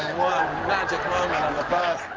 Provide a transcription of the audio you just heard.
magic moment on the bus!